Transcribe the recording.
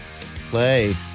Play